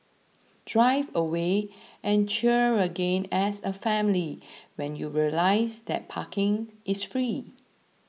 drive away and cheer again as a family when you realise that parking is free